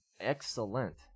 Excellent